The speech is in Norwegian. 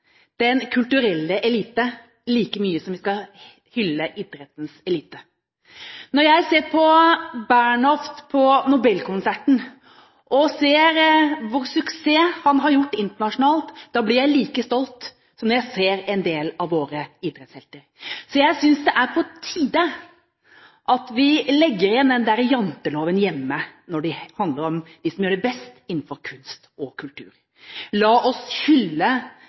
den kulturelle elite like mye som vi skal hylle idrettens elite. Når jeg ser Bernhoft på Nobelkonserten og ser hvilken suksess han har gjort internasjonalt, blir jeg like stolt som når jeg ser en del av våre idrettshelter. Så jeg synes det er på tide at vi legger igjen janteloven hjemme når det handler om dem som gjør det best innenfor kunst og kultur. La oss hylle